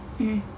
mm